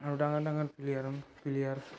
আৰু ডাঙৰ ডাঙৰ প্লেয়াৰ প্লেয়াৰ